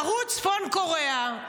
ערוץ צפון קוריאה,